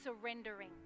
Surrendering